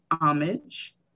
Homage